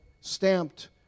stamped